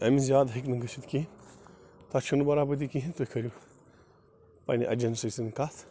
تَمہِ زیادٕ ہیٚکہِ نہٕ گٔژھِتھ کیٚنٛہہ تۄہہِ چھِ نہٕ برابٔردی کہیٖنۍ تُہۍ کٔرو پننہِ ایٚجنسی سۭتۍ کَتھ